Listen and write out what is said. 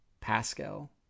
Pascal